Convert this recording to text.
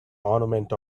ornament